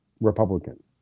Republican